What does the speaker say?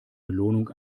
belohnung